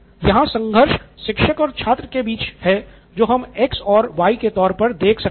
यहाँ संघर्ष शिक्षक और छात्र के बीच है जो हम x और y के तौर पर देख रहे हैं